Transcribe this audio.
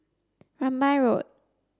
Rambai Road